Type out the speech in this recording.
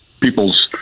people's